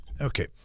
Okay